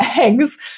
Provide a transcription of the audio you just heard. eggs